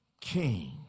king